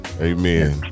Amen